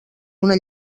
una